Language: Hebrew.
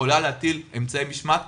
שיכולה להטיל אמצעי משמעת,